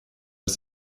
was